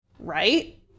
Right